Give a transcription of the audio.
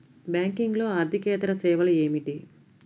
బ్యాంకింగ్లో అర్దికేతర సేవలు ఏమిటీ?